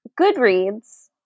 Goodreads